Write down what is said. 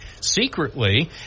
secretly